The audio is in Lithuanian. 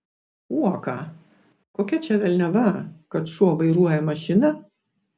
uoką kokia čia velniava kad šuo vairuoja mašiną